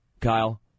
Kyle